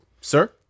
Sir